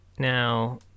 now